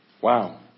Wow